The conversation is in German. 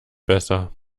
besser